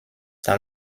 dans